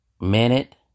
minute